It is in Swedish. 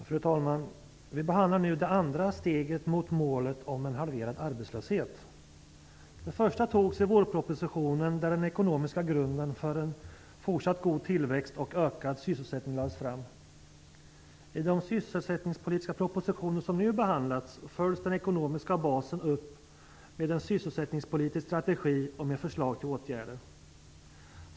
Fru talman! Vi behandlar nu det andra steget mot målet om en halverad arbetslöshet. Det första steget togs i vårpropositionen, där den ekonomiska grunden för en fortsatt god tillväxt och ökad sysselsättning lades fram. I de sysselsättningspolitiska propositioner som nu behandlats följs den ekonomiska basen upp med en sysselsättningspolitisk strategi och med förslag till åtgärder.